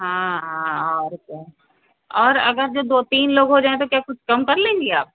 हाँ हाँ और क्या और अगर जो दो तीन लोग हो जाएँ तो क्या कुछ कम कर लेंगी आप